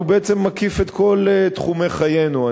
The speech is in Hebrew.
כי הוא בעצם מקיף את כל תחומי חיינו.